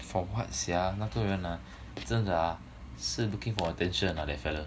for what sian 那个人 ah 真的 ah 是 looking for attention lah that fella